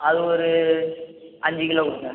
அது ஒரு அஞ்சு கிலோ கொடுங்க